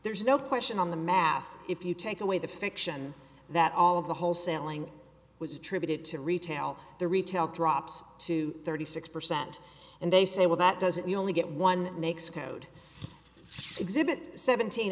there's no question on the math if you take away the fiction that all of the wholesaling was attributed to retail the retail drops to thirty six percent and they say well that doesn't you only get one makes code exhibit seventeen